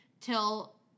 till